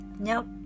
Nope